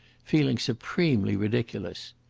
feeling supremely ridiculous.